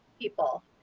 people